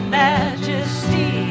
majesty